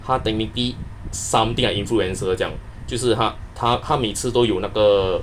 他 technically something like influencer 这样就是他他每次都有那个